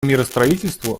миростроительству